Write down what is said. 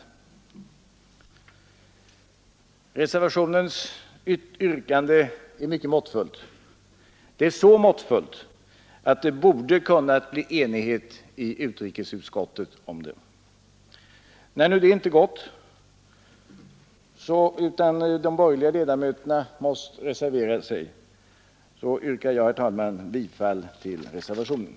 Nr 89 Reservationens yrkande är mycket måttfullt, så måttfullt att det Onsdagen den borde kunnat bli enighet i utrikesutskottet om det. När nu detta inte 16 maj 1973 gått utan de borgerliga ledamöterna måst reservera sig, yrkar jag, herr — talman, bifall till reservationen.